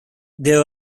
there